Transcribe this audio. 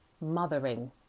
mothering